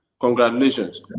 Congratulations